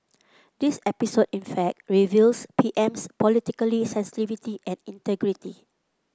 this episode in fact reveals PM's politically sensitivity and integrity